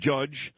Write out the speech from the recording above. Judge